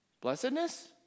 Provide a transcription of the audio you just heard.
blessedness